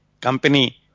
Company